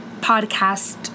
podcast